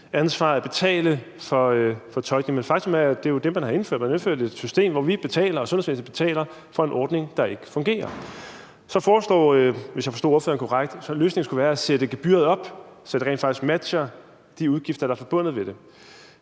ansvar at betale for tolkning, men faktum er jo, at det er det, man har indført; man har indført et system, hvor vi betaler og sundhedsvæsenet betaler for en ordning, der ikke fungerer. Så foreslår ordføreren, hvis jeg forstod ordføreren korrekt, at løsningen skulle være at sætte gebyret op, så det rent faktisk matcher de udgifter, der er forbundet med det.